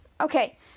Okay